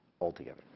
altogether